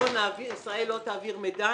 ישראל לא תעביר מידע,